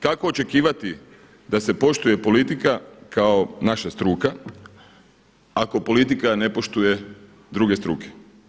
Kako očekivati da se poštuje politika kao naša struka ako politika ne poštuje druge struke.